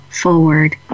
forward